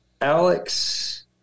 Alex